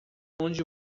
onde